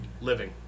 living